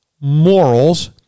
morals